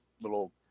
little